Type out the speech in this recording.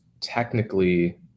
technically